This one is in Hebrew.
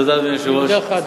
תודה, אדוני היושב-ראש.